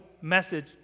message